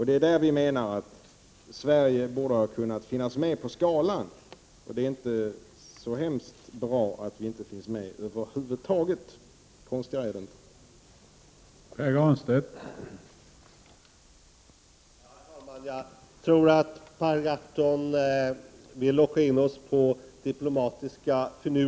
Vi menar alltså att Sverige borde ha funnits med på skalan; det är inte så bra att vi inte finns med över huvud taget. Konstigare än så är det inte.